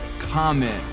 comment